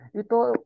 ito